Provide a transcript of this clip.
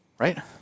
Right